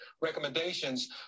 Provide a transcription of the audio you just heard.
recommendations